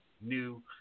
new